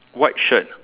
white shirt